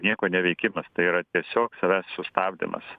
nieko neveikimas tai yra tiesiog savęs sustabdymas